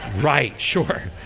right, sure. ah,